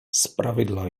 zpravidla